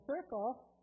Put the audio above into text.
circle